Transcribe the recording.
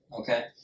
Okay